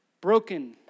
broken